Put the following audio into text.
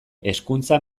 hezkuntza